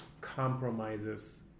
compromises